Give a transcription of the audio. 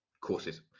courses